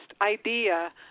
idea